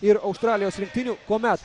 ir australijos rinktinių kuomet